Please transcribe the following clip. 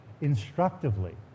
instructively